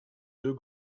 deux